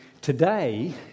today